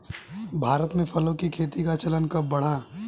भारत में फलों की खेती का चलन कब बढ़ा?